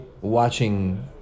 watching